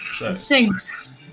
thanks